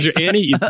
Annie